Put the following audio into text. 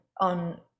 on